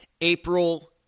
April